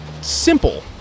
simple